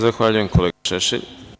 Zahvaljujem kolega Šešelj.